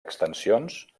extensions